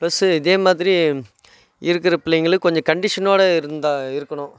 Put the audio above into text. plus இதே மாதிரி இருக்கிற பிள்ளைங்களும் கொஞ்சம் கண்டிஷனோடய இருந்தால் இருக்கணும்